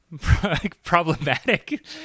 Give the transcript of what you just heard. problematic